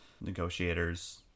negotiators